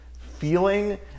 feeling